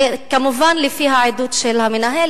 זה כמובן לפי העדות של המנהל,